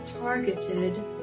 targeted